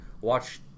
watch